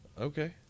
Okay